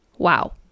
wow